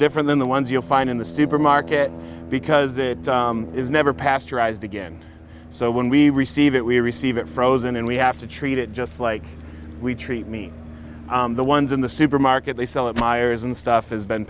different than the ones you'll find in the supermarket because it is never pasteurized again so when we receive it we receive it frozen and we have to treat it just like we treat me the ones in the supermarket they sell it fires and stuff has been